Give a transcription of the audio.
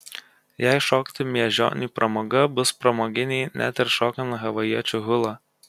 jei šokti miežoniui pramoga bus pramoginiai net ir šokant havajiečių hulą